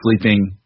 sleeping